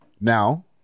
Now